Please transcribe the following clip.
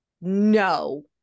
no